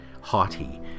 haughty